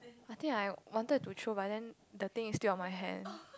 I think I wanted to throw but then the thing is still on my hand